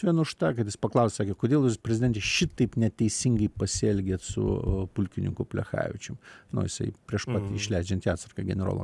vien už tą kad jis paklausė kodėl jūs prezidente šitaip neteisingai pasielgėt su pulkininku plechavičium nu jisai prieš pat išleidžiant į atsargą generolui